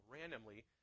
randomly